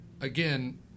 again